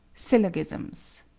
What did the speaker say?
syllogisms